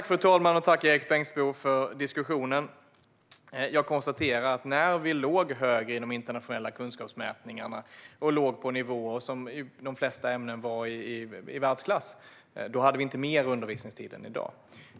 Fru talman! Tack, Erik Bengtzboe, för diskussionen! Jag konstaterar att vi när vi låg högre i de internationella kunskapsmätningarna - när vi i de flesta ämnen låg på nivåer som var i världsklass - inte hade mer undervisningstid än vi har i dag.